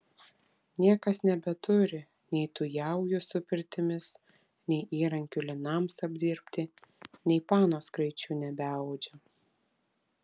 niekas nebeturi nei tų jaujų su pirtimis nei įrankių linams apdirbti nei panos kraičių nebeaudžia